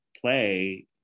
play